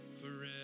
forever